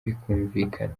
rikumvikana